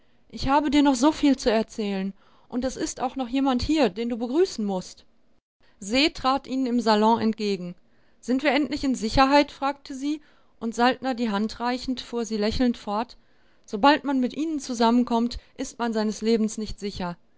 ich habe dir noch soviel zu erzählen und es ist auch noch jemand hier den du begrüßen mußt se trat ihnen im salon entgegen sind wir endlich in sicherheit fragte sie und saltner die hand reichend fuhr sie lächelnd fort sobald man mit ihnen zusammenkommt ist man seines lebens nicht sicher